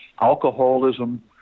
alcoholism